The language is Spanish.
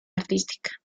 artística